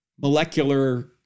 molecular